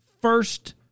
first